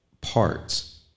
parts